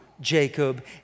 Jacob